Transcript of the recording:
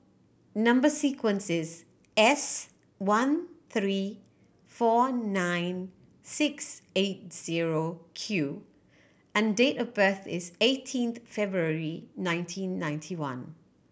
number sequence is S one three four nine six eight zero Q and date of birth is eighteen February nineteen ninety one